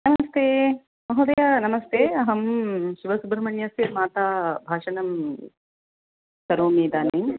नमस्ते महोदय नमस्ते अहं शिवसुब्रह्मण्यस्य माता भाषणं करोमि इदानीम्